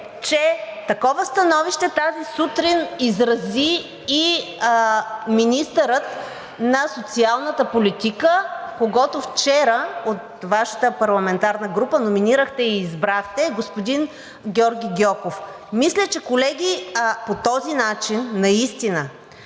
че такова становище тази сутрин изрази и министърът на социалната политика, когото вчера от Вашата парламентарна група номинирахте и избрахте – господин Георги Гьоков. Мисля, колеги, че по този начин наистина